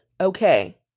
Okay